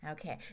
Okay